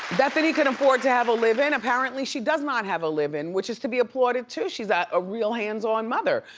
bethenny couldn't afford to have a live in. apparently she does not have a live in, which is to be applauded to. she's ah a real hands on mother.